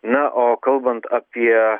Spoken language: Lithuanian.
na o kalbant apie